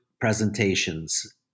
presentations